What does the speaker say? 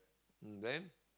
mm then